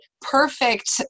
perfect